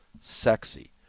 sexy